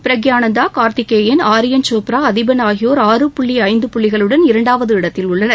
ப்ரக்பானந்தா கார்த்திகேயன் ஆரியன் சோப்ரா அதிபன் ஆகியோர் ஆறு புள்ளி ஐந்து புள்ளிகளுடன் இரண்டாவது இடத்தில் உள்ளன்